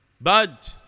bad